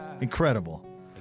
Incredible